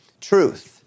truth